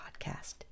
podcast